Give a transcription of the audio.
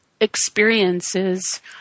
experiences